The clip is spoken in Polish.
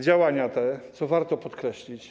Działania te, co warto podkreślić.